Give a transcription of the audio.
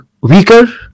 weaker